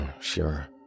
Sure